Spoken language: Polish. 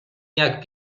jak